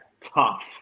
tough